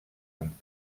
amb